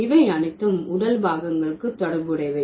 இவை அனைத்தும் உடல் பாகங்களுக்கு தொடர்புடையவை